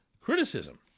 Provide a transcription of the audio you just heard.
criticism